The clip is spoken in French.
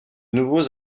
nouveaux